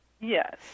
Yes